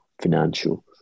financial